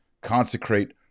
consecrate